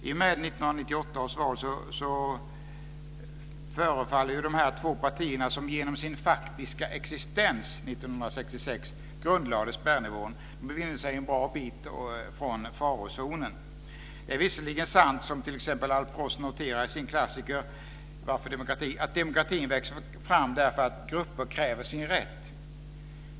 I och med 1998 års val förefaller ju de två partierna som genom sin faktiska existens 1966 grundlade spärrnivån befinna sig en bra bit ifrån farozonen. Det är visserligen sant, som t.ex. Alf Ross noterar i sin klassiker Varför demokrati?, att demokratin växer fram därför att grupper kräver sin rätt.